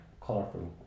colorful